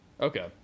okay